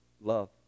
love